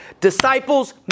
Disciples